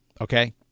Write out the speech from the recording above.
Okay